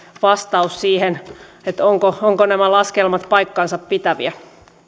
vastaus siihen ovatko ovatko nämä laskelmat paikkansapitäviä